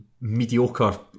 mediocre